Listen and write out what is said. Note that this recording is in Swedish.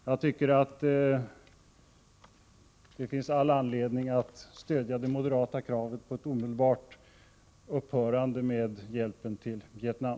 Jag tycker att det finns all anledning att stödja det moderata kravet på ett omedelbart upphörande av hjälpen till Vietnam.